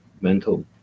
mental